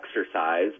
exercise